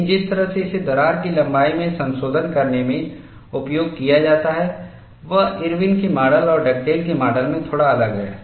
लेकिन जिस तरह से इसे दरार की लंबाई में संशोधन करने में उपयोग किया जाता है वह इरविन के माडल और डगडेल के माडल में थोड़ा अलग है